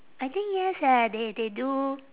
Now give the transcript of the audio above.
I think yes eh they they do